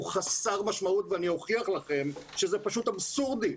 חסר משמעות ואני אוכיח לכם שזה פשוט אבסורדי,